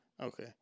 Okay